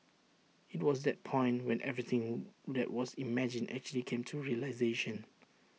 IT was that point when everything that was imagined actually came to realisation